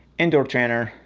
indoor trainer,